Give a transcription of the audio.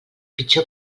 pitjor